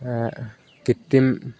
কৃত্ৰিম